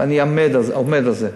ואני עומד על זה.